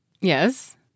Yes